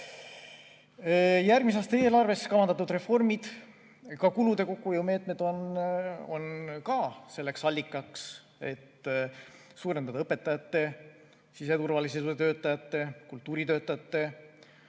Järgmise aasta eelarves kavandatud reformid, ka kulude kokkuhoiu meetmed on allikaks, et suurendada õpetajate, siseturvalisuse töötajate ja kultuuritöötajate